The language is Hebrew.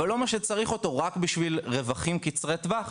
אבל לא מה שצריך אותו רק בשביל רווחים קצרי טווח,